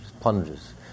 plunges